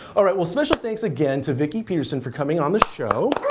all right. well special thanks again to vicki peterson for coming on the show.